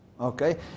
Okay